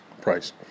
price